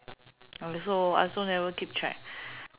I also I also never keep track